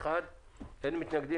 אין לנו התנגדות,